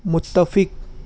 متفق